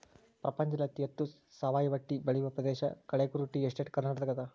ಪ್ರಪಂಚದಲ್ಲಿ ಅತಿ ಹೆಚ್ಚು ಸಾವಯವ ಟೀ ಬೆಳೆಯುವ ಪ್ರದೇಶ ಕಳೆಗುರು ಟೀ ಎಸ್ಟೇಟ್ ಕರ್ನಾಟಕದಾಗದ